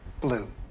blue